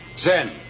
Zen